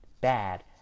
bad